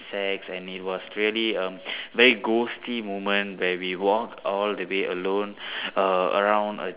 sects and it was really um very ghosty moment where we walk all the way alone err around uh